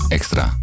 Extra